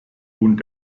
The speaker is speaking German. und